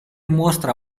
mostra